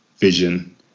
vision